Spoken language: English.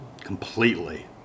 Completely